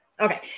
Okay